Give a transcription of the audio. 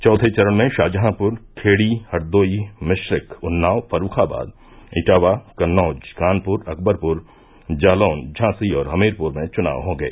चौथे चरण में शाहजहांपुर खेड़ी हरदोई मिश्रिख उन्नाव फर्रूखाबाद इटावा कन्नौज कानपुर अकबरपुर जालौन झांसी और हमीरपुर में चुनाव होंगे